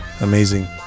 amazing